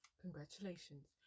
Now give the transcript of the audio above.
congratulations